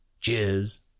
cheers